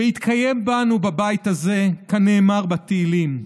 ויתקיים בנו בבית הזה כנאמר בתהילים: